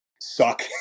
suck